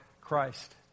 Christ